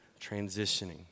transitioning